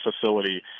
facility